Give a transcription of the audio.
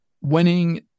winning